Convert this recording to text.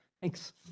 Thanks